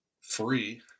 free